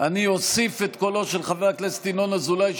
אני אוסיף את קולו של חבר הכנסת ינון אזולאי,